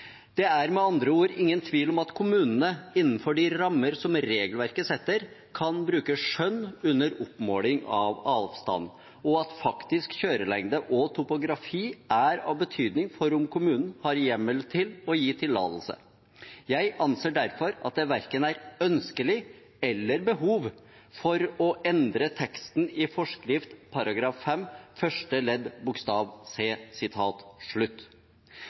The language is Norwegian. «Det er med andre ord ingen tvil om at kommunene, innenfor de rammer som regelverket setter, kan bruke skjønn under oppmålingen av avstanden, og at faktisk kjørelengde og topografi er av betydning for om kommunen har hjemmel til å gi tillatelse. Jeg anser derfor at det verken er ønskelig eller behov for å endre teksten i forskriften § 5 første ledd bokstav c.»